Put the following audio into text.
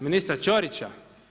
Ministra Ćorića?